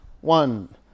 One